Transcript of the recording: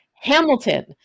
Hamilton